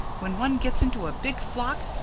when one gets into a big flock,